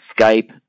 Skype